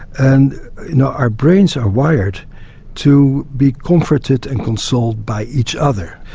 and you know our brains are wired to be comforted and consoled by each other.